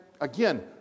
again